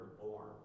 born